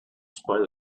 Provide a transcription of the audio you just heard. spite